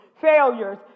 failures